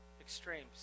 extremes